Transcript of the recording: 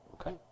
Okay